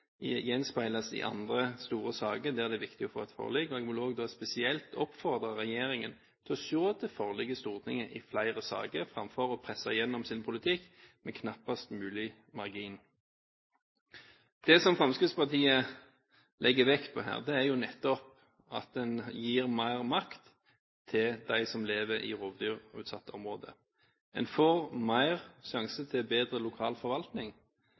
gjenspeiles i andre store saker der det er viktig å få til forlik. En vil spesielt oppfordre regjeringen til å prøve å få til forlik i Stortinget i flere saker, framfor å presse igjennom sin politikk med knappest mulig margin. Det som Fremskrittspartiet legger vekt på her, er at en nettopp gir mer makt til dem som lever i rovdyrutsatte områder. En får dermed sjansen til å bedre lokal forvaltning,